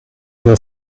your